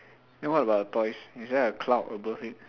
then what about the toys is there a cloud above it